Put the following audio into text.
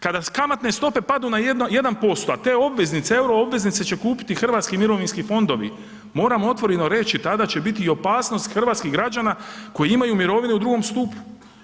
Kada kamatne stope padnu na 1%, a te obveznice, euro obveznice će kupiti hrvatski mirovinski fondovi, moramo otvoreno reći, tada će biti i opasnost hrvatskih građana koji imaju mirovine u 2. stupu.